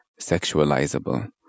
sexualizable